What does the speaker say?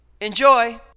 Enjoy